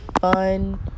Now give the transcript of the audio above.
fun